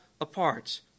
apart